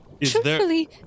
Truthfully